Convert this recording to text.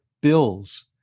bills